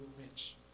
rich